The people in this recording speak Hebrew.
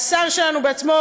והשר שלנו בעצמו,